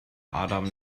adam